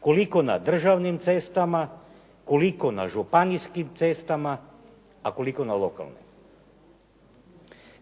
koliko na državnim cestama, koliko na županijskim cestama a koliko na lokalnim.